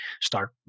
start